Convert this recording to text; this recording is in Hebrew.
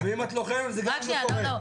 ואם את לוחמת, זה גם לא קורה.